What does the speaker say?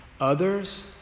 others